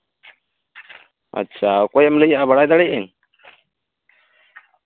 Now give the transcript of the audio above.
ᱟᱪᱪᱷᱟ ᱚᱠᱚᱭᱮᱢ ᱞᱟᱹᱭᱫᱟ ᱵᱟᱲᱟᱭ ᱫᱟᱲᱮᱭᱟᱜ ᱟᱹᱧ